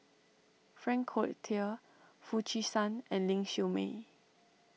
Frank Cloutier Foo Chee San and Ling Siew May